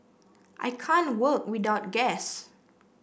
I can't work without gas